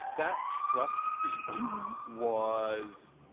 that trust speech was.